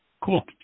Cool